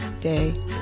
day